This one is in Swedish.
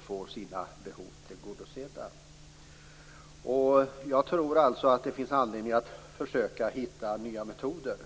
får sina behov tillgodosedda. Jag tror alltså att det finns anledning att försöka hitta nya metoder.